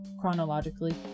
chronologically